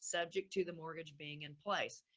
subject to the mortgage being in place.